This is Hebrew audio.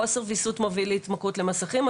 החוסר וויסות מוביל להתמכרות במסכים או